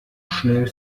schnell